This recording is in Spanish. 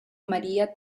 maría